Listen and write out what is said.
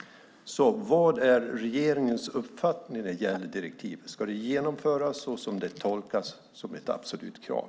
Vad är regeringens uppfattning när det gäller direktivet? Ska det genomföras såsom det tolkas - alltså som ett absolut krav?